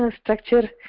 structure